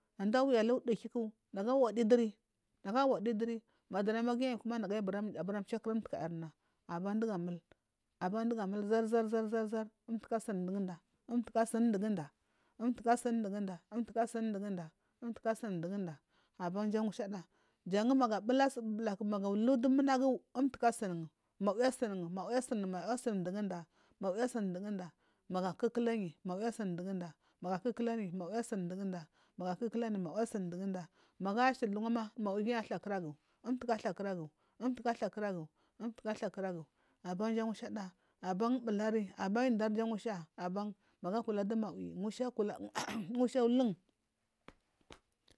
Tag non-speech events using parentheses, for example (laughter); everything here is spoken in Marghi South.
Nada awi alu udukiku nagu awadi duri nagu wadi nduri ndunamagiyi. Nagu buramchaku umtukayarna aban duga mul zarzarzar umtuka asuni mduguda umtuka asunuguda umtuka asunuguda umtuka asun mdugunda abanja mushada jangu mangu abula su bulabulaku guludumunagu guasuni mbawi asun mdu mawi asunmdugunda mawi asunmduguna gakukulayi asuru mduguda gakukulayi mawi asunmduguda magu kukulayi mawi asun mduguda magu ayashili duwama mawi athar kuragu umtuka ahakuragu umtuka altha kuragu umtuka athakuragu abanga mushada aban bulari aban indari mushada aban magu akuladu mawi mji akula (noise) musha ulung.